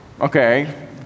Okay